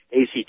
ACT